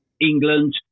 England